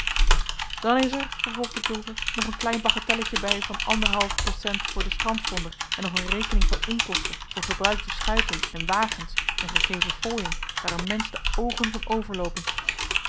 dan is er vervolgde pulver nog een klein bagatelletje bij van anderhalf percent voor den strandvonder en nog een rekening van onkosten voor gebruikte schuiten en wagens en gegeven fooien daar een mensch de oogen van overloopen